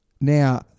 Now